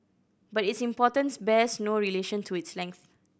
but its importance bears no relation to its length